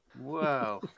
Wow